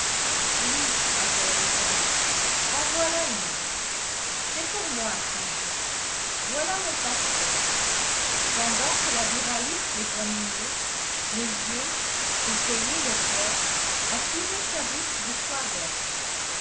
oui a-t-elle répondu en voilà une c'est pour moi a-t-il dit voilà mon passeport pendant que la buraliste l'examinait le vieux pour payer le port a tiré sa bourse de soie verte